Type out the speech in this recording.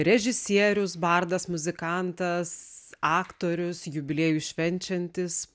režisierius bardas muzikantas aktorius jubiliejų švenčiantis